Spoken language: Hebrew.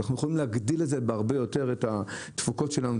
אנחנו יכולים להגדיל בהרבה יותר את התפוקות שלנו,